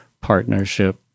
partnership